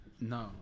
No